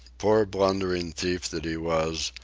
poor blundering thief that he was,